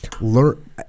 learn